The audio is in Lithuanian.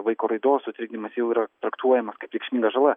vaiko raidos sutrikdymas jau yra traktuojamas kaip reikšminga žala